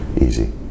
Easy